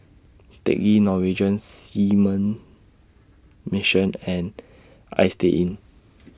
Teck Ghee Norwegian Seamen's Mission and Istay Inn